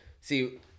see